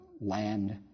land